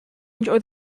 enjoy